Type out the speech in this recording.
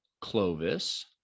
Clovis